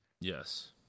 yes